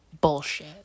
bullshit